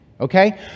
okay